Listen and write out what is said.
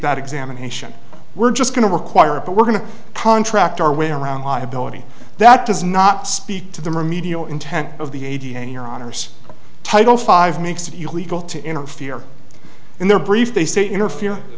that examination we're just going to require it but we're going to contract our way around liability that does not speak to the remedial intent of the eighteen year honors title five makes it illegal to interfere in their brief they say interfere